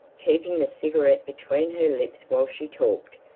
keeping the cigarette between her lips while she talked,